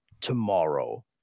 tomorrow